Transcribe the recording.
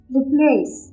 Replace